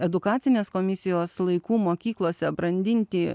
edukacinės komisijos laikų mokyklose brandinti